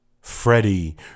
Freddie